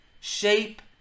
shape